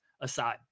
aside